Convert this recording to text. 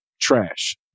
trash